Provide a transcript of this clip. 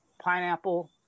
pineapple